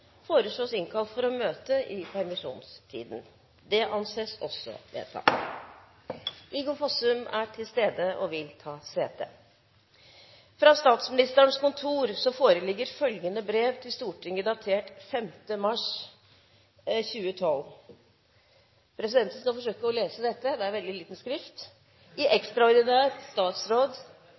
for å møte i permisjonstiden. Viggo Fossum er til stede og vil ta sete. Fra Statsministerens kontor foreligger følgende brev til Stortinget, datert 5. mars 2012: «I ekstraordinært statsråd for H.M. Kongen holdt på Oslo slott 5. mars 2012 kl. 15.00 er bestemt: Statsministerens kontor Statsråd Audun Lysbakken gis avskjed i nåde. Statsråd